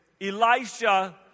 Elisha